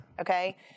okay